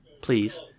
please